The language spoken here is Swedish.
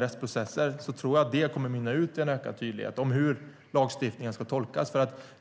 rättsprocesser tror jag kommer att mynna ut i en ökad tydlighet om hur lagstiftningen ska tolkas.